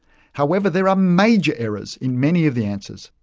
however, there are major errors in many of the answers,